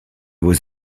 was